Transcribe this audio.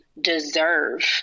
deserve